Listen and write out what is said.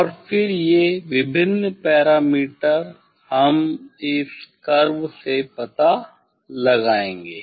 और फिर ये विभिन्न पैरामीटर हम इस कर्व से पता लगाएंगे